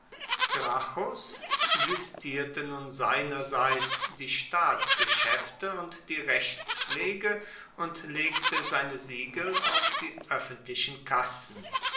gracchus sistierte nun seinerseits die staatsgeschäfte und die rechtspflege und legte seine siegel auf die öffentlichen kassen